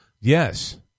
Yes